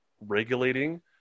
regulating